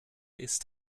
ist